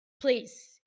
please